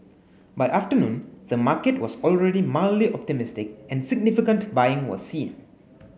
by afternoon the market was already mildly optimistic and significant buying was seen